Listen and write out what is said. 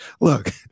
look